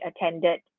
attended